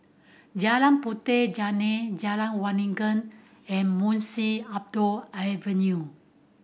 Jalan Puteh Jerneh Jalan Waringin and Munshi Abdullah Avenue